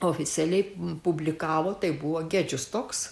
oficialiai publikavo tai buvo gedžius toks